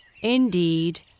Indeed